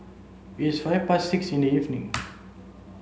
its five past six in the evening